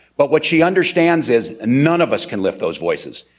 but what she understands is none of us can lift those voices.